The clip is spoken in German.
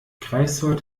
greifswald